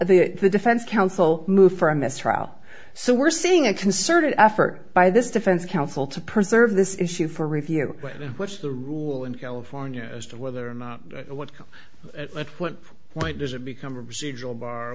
proper the defense counsel moved from this trial so we're seeing a concerted effort by this defense counsel to preserve this issue for review which the rule in california as to whether what at what point does it become a procedural bar